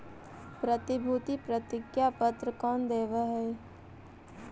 प्रतिभूति प्रतिज्ञा पत्र कौन देवअ हई